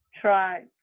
Try